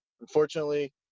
Unfortunately